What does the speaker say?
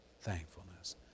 Thankfulness